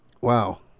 Wow